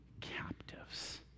captives